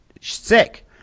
sick